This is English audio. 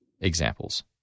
examples